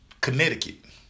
Connecticut